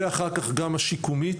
ואחר כך גם השיקומית.